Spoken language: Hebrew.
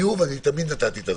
תמיד נתתי את הזמן.